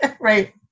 right